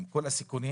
עם כל הסיכונים,